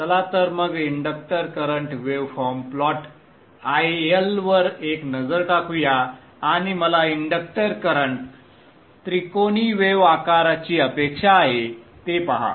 चला तर मग inductor current wave form plot IL वर एक नजर टाकूया आणि मला इंडक्टर करंट त्रिकोणी वेव आकाराची अपेक्षा आहे ते पहा